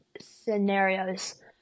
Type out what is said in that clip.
scenarios